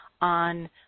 on